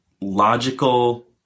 logical